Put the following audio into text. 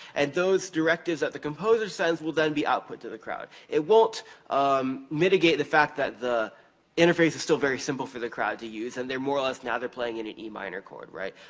and those directives that the composer says will then be output to the crowd. it won't um mitigate the fact that the interface is still very simple for the crowd to use and they're, more or less, now they're playing in an e minor chord, right?